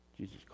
Jesus